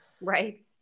Right